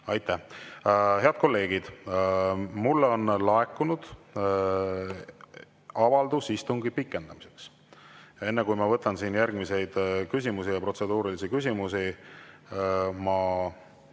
sekkub. Head kolleegid! Mulle on laekunud avaldus istungi pikendamiseks. Enne kui ma võtan siin järgmisi küsimusi ja protseduurilisi küsimusi, ma